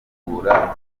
guhugura